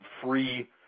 free